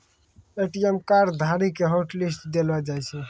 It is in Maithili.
ए.टी.एम कार्ड धारी के हॉटलिस्ट देलो जाय छै